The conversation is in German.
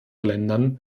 ländern